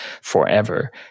forever